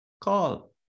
call